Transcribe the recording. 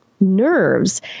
nerves